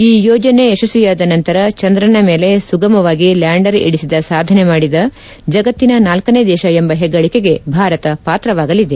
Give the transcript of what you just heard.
ಈ ಯೋಜನೆ ಯಶಸ್ವಿಯಾದ ನಂತರ ಚಂದ್ರನ ಮೇಲೆ ಸುಗಮವಾಗಿ ಲ್ಯಾಂಡರ್ ಇಳಿಸಿದ ಸಾಧನೆ ಮಾಡಿದ ಜಗತ್ತಿನ ನಾಲ್ಕನೇ ದೇಶ ಎಂಬ ಹೆಗ್ಗಳಿಕೆಗೆ ಭಾರತ ಪಾತ್ರವಾಗಲಿದೆ